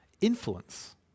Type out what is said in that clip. influence